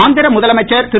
ஆந்திர முதலமைச்சர் திரு